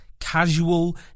casual